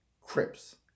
Crips